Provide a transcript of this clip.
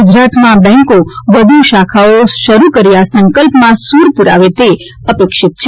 ગુજરાતમાં બેન્કો વ્ધુ શાખાઓ શરૂ કરી આ સંકલ્પમાં સૂર પૂરાવે તે અપેક્ષિત છે